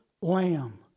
Lamb